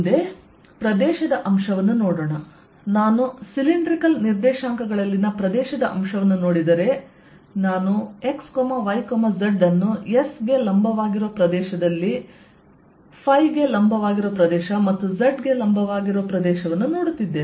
ಮುಂದೆ ಪ್ರದೇಶದ ಅಂಶವನ್ನು ನೋಡೋಣ ನಾನು ಸಿಲಿಂಡ್ರಿಕಲ್ ನಿರ್ದೇಶಾಂಕಗಳಲ್ಲಿನ ಪ್ರದೇಶದ ಅಂಶವನ್ನು ನೋಡಿದರೆ ನಾನು x y z ಅನ್ನು S ಗೆ ಲಂಬವಾಗಿರುವ ಪ್ರದೇಶದಲ್ಲಿ ಗೆ ಲಂಬವಾಗಿರುವ ಪ್ರದೇಶ ಮತ್ತು Z ಗೆ ಲಂಬವಾಗಿರುವ ಪ್ರದೇಶವನ್ನು ನೋಡುತ್ತಿದ್ದೇನೆ